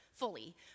fully